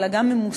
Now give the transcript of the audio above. אלא גם ממוסדת,